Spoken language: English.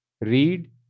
read